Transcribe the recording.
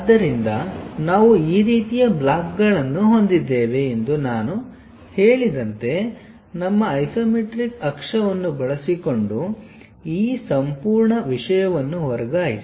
ಆದ್ದರಿಂದ ನಾವು ಈ ರೀತಿಯ ಬ್ಲಾಕ್ಗಳನ್ನು ಹೊಂದಿದ್ದೇವೆ ಎಂದು ನಾನು ಹೇಳಿದಂತೆ ನಮ್ಮ ಐಸೊಮೆಟ್ರಿಕ್ ಅಕ್ಷವನ್ನು ಬಳಸಿಕೊಂಡು ಈ ಸಂಪೂರ್ಣ ವಿಷಯವನ್ನು ವರ್ಗಾಯಿಸಿ